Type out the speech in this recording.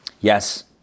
Yes